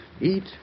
eat